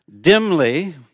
dimly